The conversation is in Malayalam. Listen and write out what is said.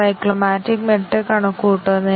അതുപോലെ ഞങ്ങൾ രണ്ടാമത്തേത് ഏറ്റെടുക്കുന്നു